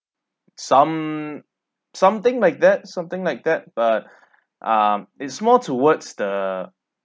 some something like that something like that but um it's more towards the